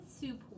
soup